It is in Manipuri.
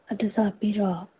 ꯑꯗꯨꯁꯨ ꯍꯥꯞꯄꯤꯔꯣ